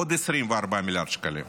עוד 24 מיליארד שקלים.